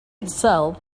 itself